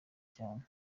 cyane